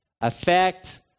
affect